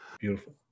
Beautiful